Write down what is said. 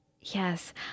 Yes